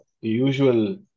usual